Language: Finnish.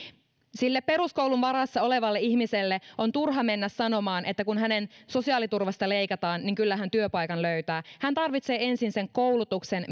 sille peruskoulun varassa olevalle ihmiselle on turha mennä sanomaan että kun hänen sosiaaliturvastaan leikataan niin kyllä hän työpaikan löytää hän tarvitsee ensin sen koulutuksen